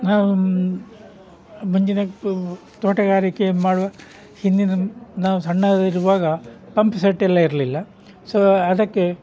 ನಾವು ಮುಂದಿನ ತೋಟಗಾರಿಕೆ ಮಾಡುವ ಹಿಂದಿನ ನಾವು ಸಣ್ಣದಿರುವಾಗ ಪಂಪ್ ಸೆಟ್ಟೆಲ್ಲ ಇರಲಿಲ್ಲ ಸೊ ಅದಕ್ಕೆ